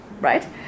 Right